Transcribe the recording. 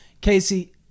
Casey